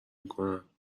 میکنم